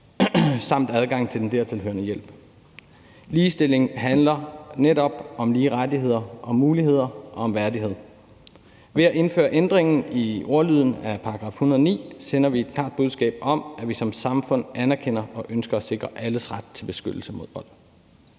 samt adgang til den dertilhørende hjælp. Ligestilling handler netop om lige rettigheder og muligheder og om værdighed. Ved at indføre ændringen i ordlyden i § 109 sender vi et klart budskab om, at vi som samfund anerkender og ønsker at sikre alles ret til beskyttelse mod vold.